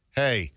hey